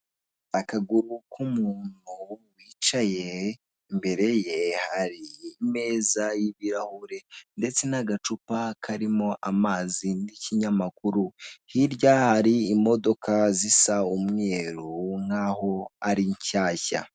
Akaguru n'umuntu wicaye imbere ye hari imeza y'ibirahure ndetse n'agacupa karimo amazi n'ikinyamakuru, hirya hari imodoka zisa umweru nk'aho ari nshyashya.